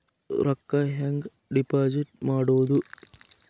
ರೊಕ್ಕ ಹೆಂಗೆ ಡಿಪಾಸಿಟ್ ಮಾಡುವುದು?